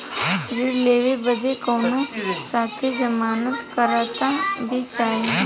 ऋण लेवे बदे कउनो साथे जमानत करता भी चहिए?